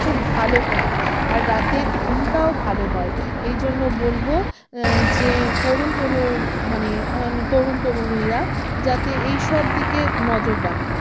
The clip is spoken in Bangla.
খুব ভালো করে আর রাতে ঘুমটাও ভালো হয় এই জন্য বলব যে তরুণ মানে তরুণ তরুণীরা যাতে এই সব দিকে নজর রাখে